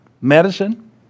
medicine